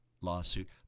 lawsuit